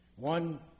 One